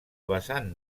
vessant